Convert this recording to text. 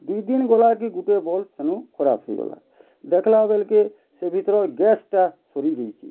ଦୁଇ ଦିନ୍ ଗଲା କି ଗୁଟେ ବଲ୍ବ ସେନୁ ଖରାପ୍ ହେଇଗଲା ଦେଖ୍ଲା ବେଲ୍କେ ସେ ଭିତରର୍ ଗେସ୍ଟା ସରିଯାଇଛେ